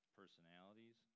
personalities